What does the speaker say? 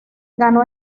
ganó